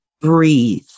breathe